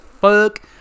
fuck